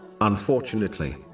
Unfortunately